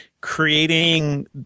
creating